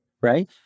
right